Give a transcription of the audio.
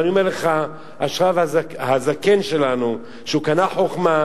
ואני אומר לך: אשריו, הזקן שלנו, שהוא קנה חוכמה,